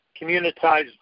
communitized